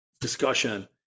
discussion